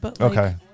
Okay